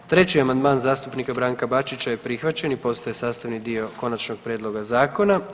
3. amandman zastupnika Branka Bačića je prihvaćen i postaje sastavni dio konačnog prijedloga zakona.